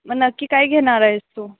मग नक्की काय घेणार आहेस तू